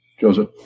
Joseph